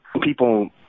people